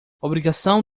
obrigação